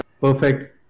Perfect